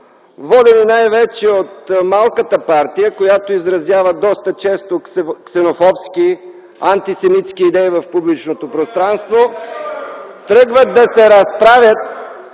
водени най-вече от малката партия, която изразява доста често ксенофобски и антисемитски идеи в публичното пространство, тръгва да се разправя